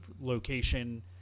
location